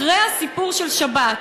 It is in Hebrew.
אחרי הסיפור של שבת,